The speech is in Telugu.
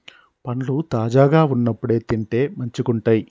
పండ్లు తాజాగా వున్నప్పుడే తింటే మంచిగుంటయ్